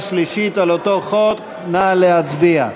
נא להצביע.